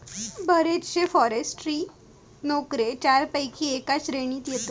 बरेचशे फॉरेस्ट्री नोकरे चारपैकी एका श्रेणीत येतत